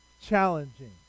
challenging